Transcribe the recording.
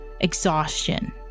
exhaustion